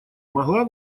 могла